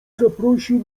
zaprosił